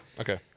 Okay